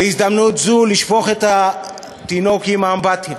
בהזדמנות זו לשפוך את התינוק עם מי האמבטיה.